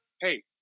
Hey